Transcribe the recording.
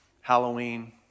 Halloween